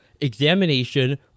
examination